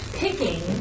picking